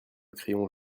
crayon